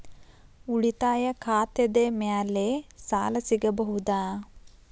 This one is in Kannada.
ಉಳಿತಾಯ ಖಾತೆದ ಮ್ಯಾಲೆ ಸಾಲ ಸಿಗಬಹುದಾ?